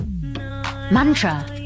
mantra